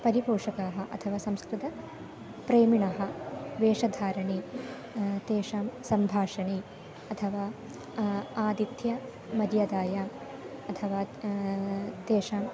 परिपोषकाः अथवा संस्कृतप्रेमिणः वेषधारणे तेषां सम्भाषणे अथवा आतिथ्यमर्यादया अथवा तेषां